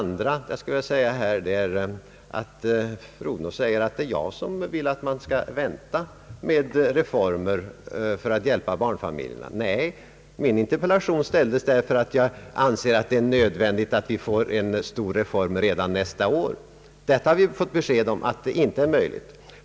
Fru Odhnoff säger att det är jag som vill vänta med delreformer för att hjälpa barnfamiljerna. Nej, min interpellation ställdes därför att jag anser det nödvändigt att vi får en stor reform redan nästa år. Vi har nu fått besked om att detta inte är möjligt.